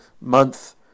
month